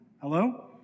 Hello